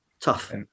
tough